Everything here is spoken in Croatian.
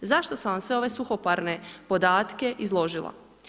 Zašto sam vam sve ove suhoparne podatke izložila?